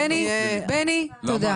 בני, בני, תודה.